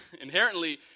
inherently